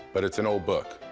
but it's an old book.